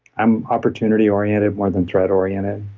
i'm opportunity oriented more than threat oriented.